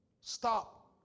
stop